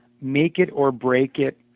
make-it-or-break-it